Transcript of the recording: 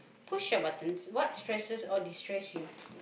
push your buttons what stresses or destress you